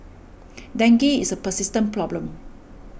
dengue is a persistent problem